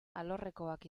alorrekoak